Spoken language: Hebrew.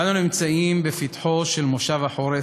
אנו נמצאים בפתחו של מושב החורף,